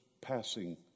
passing